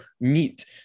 meet